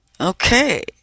Okay